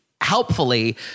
Helpfully